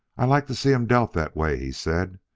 i like to see em dealt that way, he said,